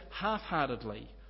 half-heartedly